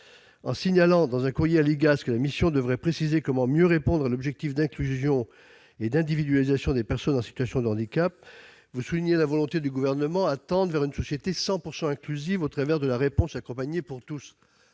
En signalant, dans un courrier à l'IGAS, que la mission devrait préciser comment mieux répondre à l'objectif d'inclusion et d'individualisation des personnes en situation de handicap, vous souligniez la volonté du Gouvernement de tendre vers une société 100 % inclusive au travers de la « Réponse accompagnée pour tous